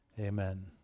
Amen